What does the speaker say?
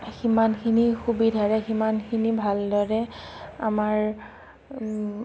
সিমানখিনি সুবিধাৰে সিমানখিনি ভাল দৰে আমাৰ